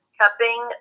cupping